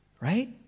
right